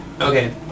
Okay